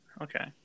Okay